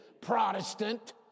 Protestant